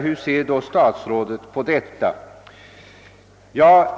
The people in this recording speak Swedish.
Hur ser då statsrådet på denna fråga?